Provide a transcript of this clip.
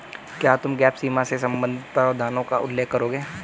क्या तुम गैप सीमा से संबंधित प्रावधानों का उल्लेख करोगे?